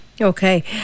okay